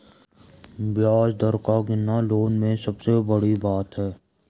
ब्याज दर का गिरना लवरेज्ड लोन में सबसे बड़ी बात है